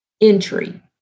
entry